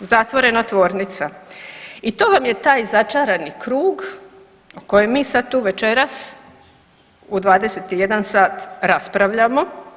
Zatvorena tvornica i to vam je taj začarani krug o kojem mi sad tu večeras u 21 sat raspravljamo.